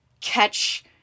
catch